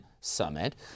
summit